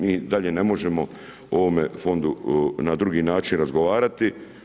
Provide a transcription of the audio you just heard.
Mi dalje ne možemo o ovome fondu, na drugi način razgovarati.